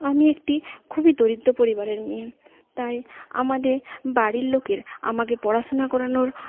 আমি একটি খুবই দরিদ্র পরিবারের মেয়ে তাই আমাদের বাড়ির লোকের আমাকে পড়াশুনা করানোর